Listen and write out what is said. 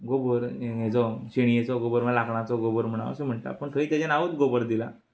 गोबोर हेचो शिंजेचो गोबोर वा लांकडांचो गोबोर म्हणा असो म्हणटा पूण थंय तेजें नांवूच गोबोर दिलां